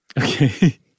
Okay